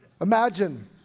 Imagine